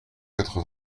quatre